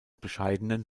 bescheidenen